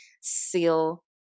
seal